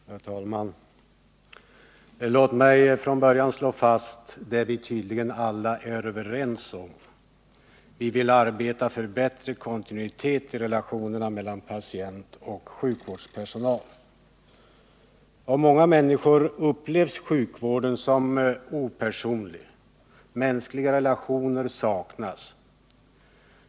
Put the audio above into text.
Herr talman! Låt mig från början slå fast att vi tydligen alla är överens om en sak: Vi vill arbeta för en bättre kontinuitet i relationerna mellan patient och sjukvårdspersonal. Av många människor upplevs sjukvården som opersonlig. Man tycker att mänskliga relationer saknas.